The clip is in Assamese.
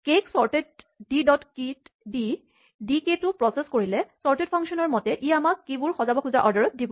কে ক চৰ্টেট ডি ডট কী ত দি ডি কে টো প্ৰচেছ কৰিলে চৰ্টেট ফাংচনৰ মতে ই আমাক কীচাবিবোৰ সজাব খোজা অৰ্ডাৰত দিব